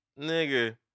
nigga